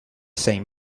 same